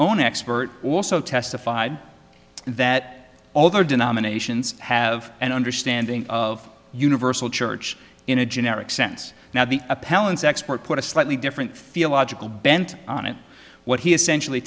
own expert also testified that all other denominations have an understanding of universal church in a generic sense now the appellant's expert put a slightly different feel logical bent on it what he essentially